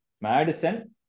Madison